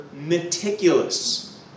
meticulous